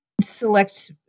Select